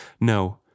No